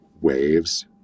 waves